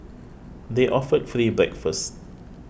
they offered free breakfast